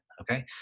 okay